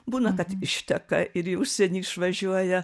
būna kad išteka ir į užsienį išvažiuoja